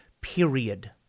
period